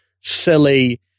silly